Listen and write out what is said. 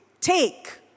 take